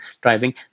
driving